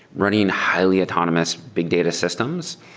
running highly autonomous big data systems,